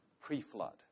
pre-flood